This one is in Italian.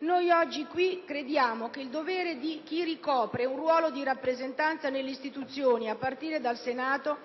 Noi oggi qui crediamo che il dovere di chi ricopre un ruolo di rappresentanza nelle istituzioni, a partire dal Senato,